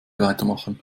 weitermachen